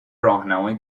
راهنمایی